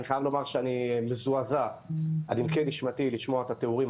אני מבקש ממחנה השלום לתת לי לדבר.